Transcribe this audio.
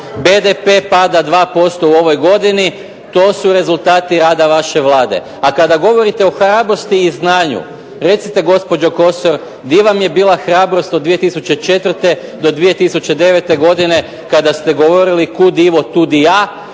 BDP pada 2% u ovoj godini. To su rezultati rada vaše Vlade. A kada govorite o hrabrosti i znanju recite gospođo Kosor di vam je bila hrabrost od 2004. do 2009. godine kada ste govorili "Kud Ivo tud i ja"